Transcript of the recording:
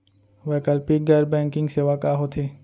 वैकल्पिक गैर बैंकिंग सेवा का होथे?